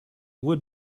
would